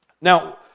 Now